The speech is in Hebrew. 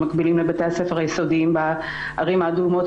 שמקבילים לבתי הספר היסודיים בערים האדומות,